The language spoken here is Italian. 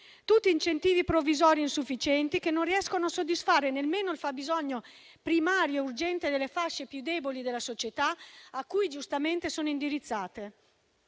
tutti incentivi provvisori e insufficienti che non riescono a soddisfare nemmeno il fabbisogno primario urgente delle fasce più deboli della società, a cui giustamente sono indirizzati;